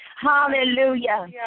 Hallelujah